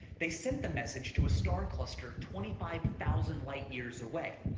they sent the message to a star cluster twenty five thousand light years away.